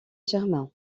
germain